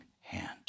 hand